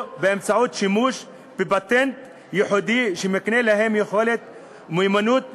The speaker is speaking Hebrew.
באמצעות פטנט ייחודי שמקנה להם יכולות ומיומנות לנהיגה,